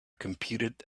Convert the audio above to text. computed